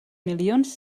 milions